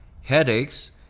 headaches